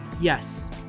Yes